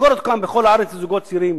תמכור אותן בכל הארץ לזוגות צעירים